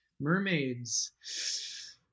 Mermaids